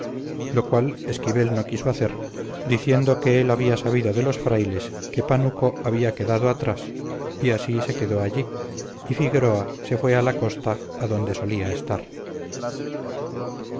lo cual esquivel no quiso hacer diciendo que él había sabido de los frailes que pánuco había quedado atrás y así se quedó allí y figueroa se fue a la costa adonde solía estar